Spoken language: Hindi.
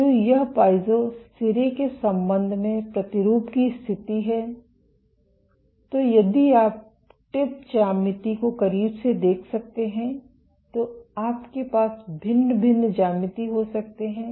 तो यह पाइज़ो सिरे के संबंध में प्रतिरूप की स्थिति है तो यदि आप टिप ज्यामिति को करीब से देख सकते हैं तो आपके पास भिन्न भिन्न ज्यामिति हो सकते हैं